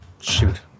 shoot